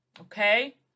okay